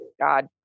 God